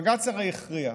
בג"ץ הרי הכריע.